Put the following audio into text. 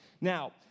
Now